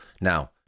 Now